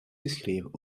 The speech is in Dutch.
geschreven